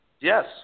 Yes